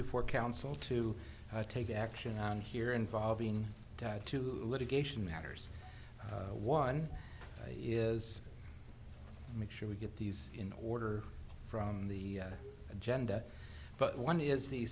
before council to take action on here involving two litigation matters one is make sure we get these in order from the agenda but one is the